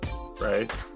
Right